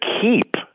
keep